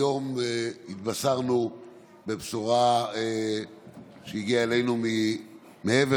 היום התבשרנו בבשורה שהגיעה אלינו מעבר